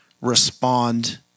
respond